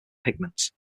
pigments